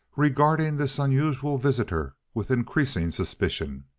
regarding this unusual visitor with increasing suspicion.